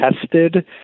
tested